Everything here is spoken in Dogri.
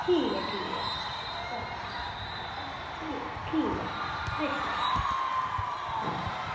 ठीक ऐ ठीक ऐ चल ठीक ऐ ठीक ऐ ठीक ऐ अच्छा अच्छा